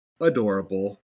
adorable